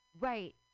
right